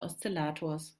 oszillators